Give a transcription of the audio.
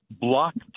blocked